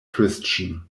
christian